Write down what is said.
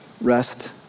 rest